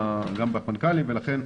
הכול קשור בהכל.